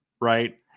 right